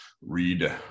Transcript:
read